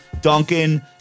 Duncan